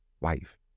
wife